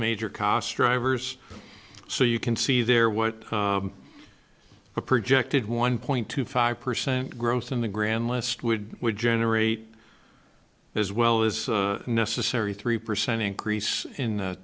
major cost drivers so you can see there what the projected one point two five percent growth in the grand list would would generate as well as necessary three percent in